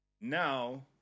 Now